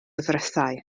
ddrysau